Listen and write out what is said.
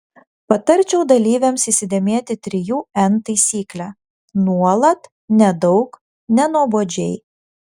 patarčiau dalyvėms įsidėmėti trijų n taisyklę nuolat nedaug nenuobodžiai